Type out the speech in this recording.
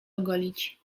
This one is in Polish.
ogolić